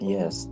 Yes